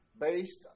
based